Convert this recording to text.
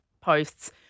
posts